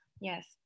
Yes